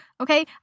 okay